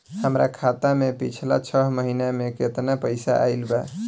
हमरा खाता मे पिछला छह महीना मे केतना पैसा आईल बा?